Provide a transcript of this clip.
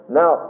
now